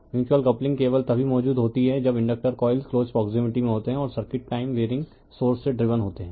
mutual coupling केवल तभी मौजूद होती है जब इंडकटर कॉइल क्लोज प्रोक्सिमिटी में होते हैं और सर्किट टाइम वेरिंग सोर्स से ड्रिवन होते हैं